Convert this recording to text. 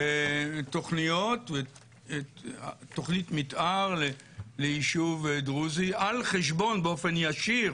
תוכנית מתאר ליישוב דרוזי באופן ישיר